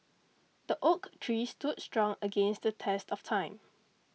the oak tree stood strong against the test of time